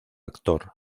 actor